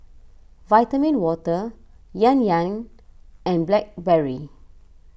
Vitamin Water Yan Yan and Blackberry